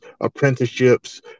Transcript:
apprenticeships